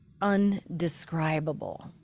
undescribable